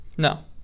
No